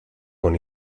con